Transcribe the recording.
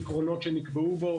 עקרונות שנקבעו בו